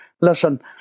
listen